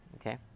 Okay